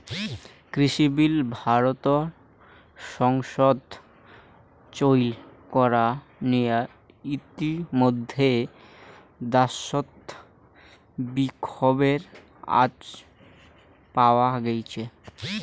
কৃষিবিল ভারতর সংসদত চৈল করা নিয়া ইতিমইধ্যে দ্যাশত বিক্ষোভের আঁচ পাওয়া গেইছে